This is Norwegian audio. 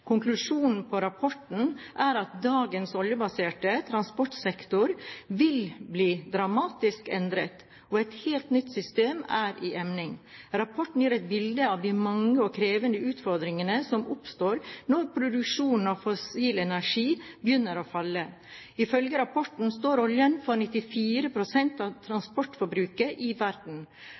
Konklusjonen på rapporten er at dagens oljebaserte transportsektor vil bli dramatisk endret, og at et helt nytt system er i emning. Rapporten gir et bilde av de mange og krevende utfordringene som oppstår når produksjonen av fossil energi begynner å falle. Ifølge rapporten står oljen for 94 pst. av transportforbruket i verden,